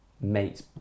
mate's